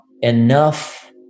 enough